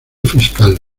fiscal